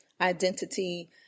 identity